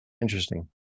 Interesting